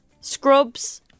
Scrubs